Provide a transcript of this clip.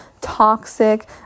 toxic